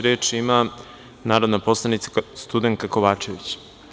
Reč ima narodna poslanica Studenka Kovačević.